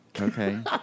Okay